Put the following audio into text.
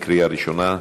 בקריאה ראשונה.